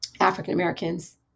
African-Americans